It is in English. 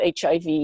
HIV